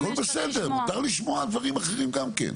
הכול בסדר, מותר לשמוע דברים אחרים גם כן.